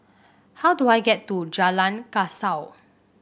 how do I get to Jalan Kasau